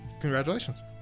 Congratulations